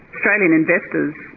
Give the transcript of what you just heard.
australian investors,